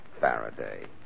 Faraday